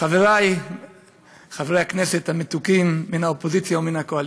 חברי חברי הכנסת המתוקים מן האופוזיציה ומן הקואליציה,